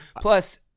Plus